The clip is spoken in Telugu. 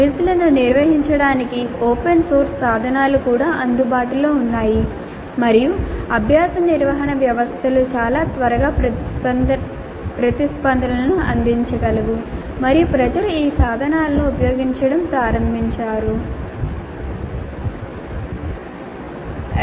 క్విజ్లను నిర్వహించడానికి ఓపెన్ సోర్స్ సాధనాలు కూడా అందుబాటులో ఉన్నాయి మరియు అభ్యాస నిర్వహణ వ్యవస్థలు చాలా త్వరగా ప్రతిస్పందనలను అందించగలవు మరియు ప్రజలు ఈ సాధనాలను ఉపయోగించడం ప్రారంభిస్తా రు